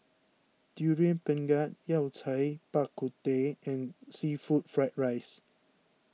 Durian Pengat Yao Cai Bak Kut Teh and Seafood Fried Rice